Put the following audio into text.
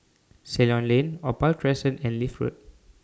Ceylon Lane Opal Crescent and Leith Road